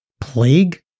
plague